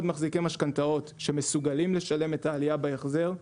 מחזיקי משכנתאות שמסוגלים לשלם את העלייה בהחזר.